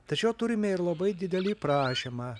tačiau turime ir labai didelį prašymą